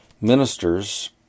Ministers